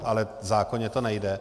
Ale v zákoně to nejde.